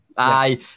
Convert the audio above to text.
Aye